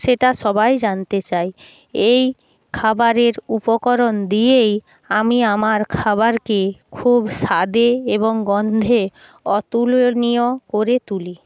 সেটা সবাই জানতে চায় এই খাবারের উপকরণ দিয়েই আমি আমার খাবারকে খুব স্বাদে এবং গন্ধে অতুলনীয় করে তুলি